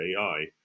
AI